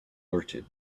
alerted